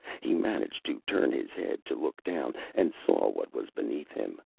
he managed to turn his head to look down, and saw what was beneath him.